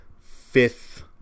fifth